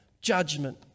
judgment